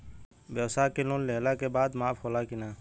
ब्यवसाय के लोन लेहला के बाद माफ़ होला की ना?